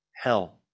hell